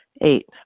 Eight